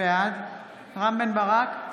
בעד רם בן ברק,